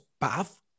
path